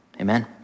Amen